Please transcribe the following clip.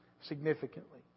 significantly